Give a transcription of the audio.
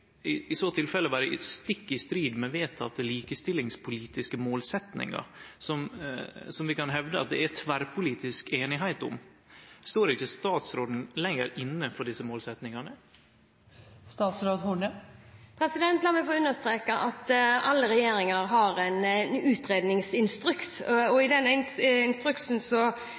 i så tilfelle vere stikk i strid med vedtekne likestillingspolitiske målsetjingar som vi kan hevde at det er tverrpolitisk einigheit om. Står ikkje statsråden lenger inne for desse målsetjingane? La meg få understreke at alle regjeringer har en utredningsinstruks, og i den instruksen